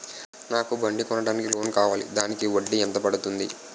నాకు బండి కొనడానికి లోన్ కావాలిదానికి వడ్డీ ఎంత పడుతుంది?